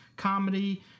comedy